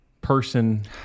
person